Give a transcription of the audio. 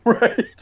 Right